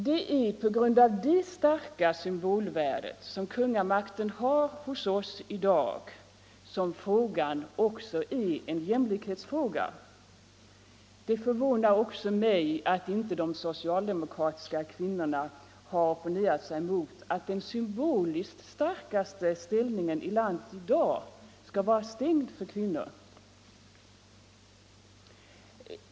Det är på grund av detta starka symbolvärde, som kungamakten har hos oss i dag, som frågan också är en jämlikhetsfråga. Det förvånar även mig att inte de socialdemokratiska kvinnorna har opponerat sig mot att den symboliskt starkaste ställningen i landet skall vara stängd för kvinnor.